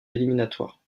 éliminatoires